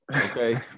okay